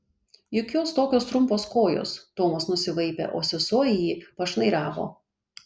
juk jos tokios trumpos kojos tomas nusivaipė o sesuo į jį pašnairavo